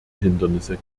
hindernisse